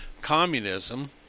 communism